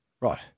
right